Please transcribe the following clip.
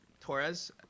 Torres